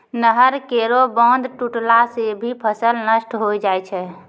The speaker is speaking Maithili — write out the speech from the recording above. नहर केरो बांध टुटला सें भी फसल नष्ट होय जाय छै